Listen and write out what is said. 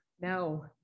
no